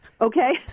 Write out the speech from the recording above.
Okay